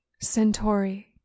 Centauri